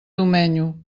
domenyo